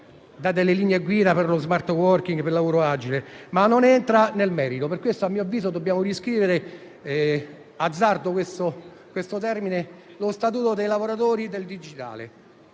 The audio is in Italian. dà le linee guida per lo *smart working* e il lavoro agile, ma non entra nel merito. Per questo a mio avviso dobbiamo scrivere - azzardo questo termine - lo statuto dei lavoratori del digitale,